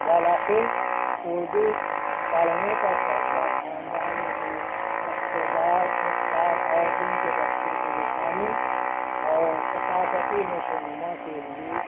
بالآخر اردو پڑھنے کا فیصلہ خاندان پہ اقتدار اقدار اور ان کے بچوں کے لسانی اور ثقافتی نشوونما کے لیے